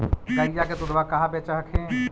गईया के दूधबा कहा बेच हखिन?